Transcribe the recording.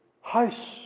House